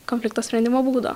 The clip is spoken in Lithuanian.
konflikto sprendimo būdo